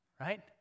right